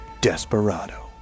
Desperado